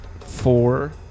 four